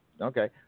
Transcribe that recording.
Okay